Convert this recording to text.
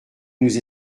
nous